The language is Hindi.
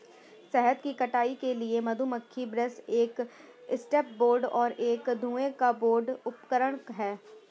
शहद की कटाई के लिए मधुमक्खी ब्रश एक एस्केप बोर्ड और एक धुएं का बोर्ड उपकरण हैं